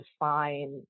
define